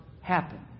happen